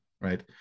right